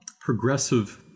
progressive